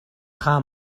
хаа